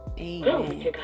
Amen